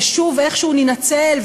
ושוב איכשהו נינצל,